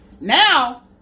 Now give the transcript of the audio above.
Now